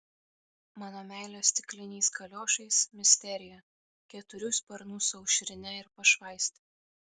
mano meilė stikliniais kaliošais misterija keturių sparnų su aušrine ir pašvaiste